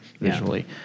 visually